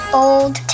old